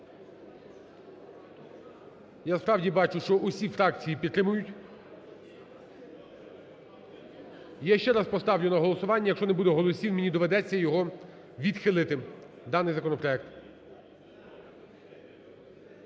Я справді бачу, що всі фракції підтримують. Я ще раз поставлю на голосування. Якщо не буде голосів, мені доведеться його відхилити, даний законопроект.